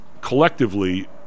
collectively